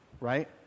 right